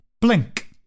Blink